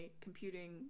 computing